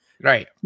Right